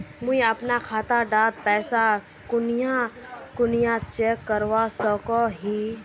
मुई अपना खाता डात पैसा कुनियाँ कुनियाँ चेक करवा सकोहो ही?